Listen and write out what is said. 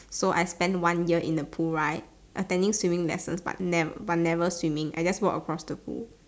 so I spend one year in the pool right attending swimming lessons but never but never swimming I just walk across the pool